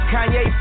Kanye